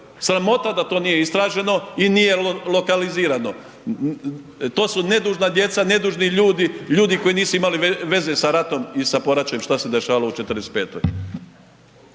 sramota da to nije istraženo i nije lokalizirano. To su nedužna djeca, nedužni ljudi, ljudi koji nisu imali veze sa ratom i sa poraćem šta se dešavalo u '45.